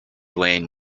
lane